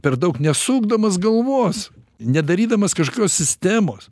per daug nesukdamas galvos nedarydamas kažkokios sistemos